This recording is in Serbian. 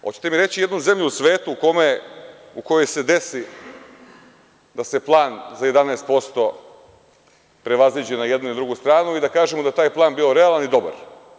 Hoćete mi reći jednu zemlju u svetu, gde se desi da se plan za 11% prevaziđe na jednu i drugu stranu i da kažemo da je taj plan bio realan i dobar?